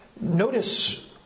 Notice